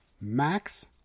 Max